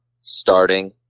starting